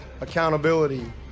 accountability